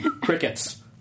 crickets